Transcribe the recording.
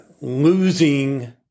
losing